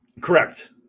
Correct